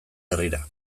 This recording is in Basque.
herrira